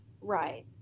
right